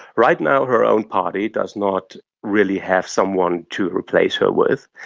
right now her own party does not really have someone to replace her with.